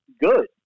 good